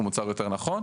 הוא מוצר יותר נכון,